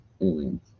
aliens